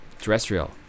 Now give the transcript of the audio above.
Terrestrial